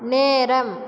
நேரம்